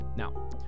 Now